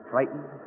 Frightened